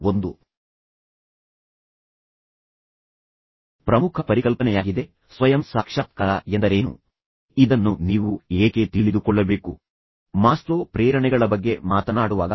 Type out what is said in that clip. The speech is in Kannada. ನೀವು ಅವನನ್ನು ರಜೆ ತೆಗೆದುಕೊಳ್ಳುವಂತೆ ಮಾಡಿ ಶಿಲ್ಪಾ ತನ್ನ ಎಲ್ಲಾ ಮನೆಕೆಲಸಗಳನ್ನು ತೊಡೆದುಹಾಕುವಂತೆ ಮಾಡಿ ಅವರು ಒಟ್ಟಿಗೆ ಪ್ರಯಾಣಿಸದ ರೆಸಾರ್ಟ್ ಅಥವಾ ಬೇರೆ ಸ್ಥಳಕ್ಕೆ ಹೋಗುವಂತೆ ಮಾಡಿ ಅಲ್ಲಿ ಅವರು ಒಟ್ಟಿಗೆ ಸಮಯ ಕಳೆಯುತ್ತಾರೆ